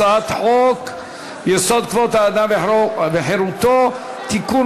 הצעת חוק-יסוד: כבוד האדם וחירותו (תיקון,